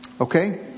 Okay